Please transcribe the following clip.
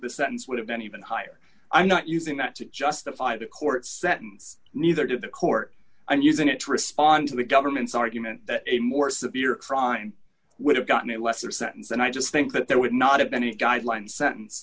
the sentence would have been even higher i'm not using that to justify the court's sentence neither did the court and using it to respond to the government's argument that a more severe crime would have gotten a lesser sentence and i just think that they would not have any guidelines sentence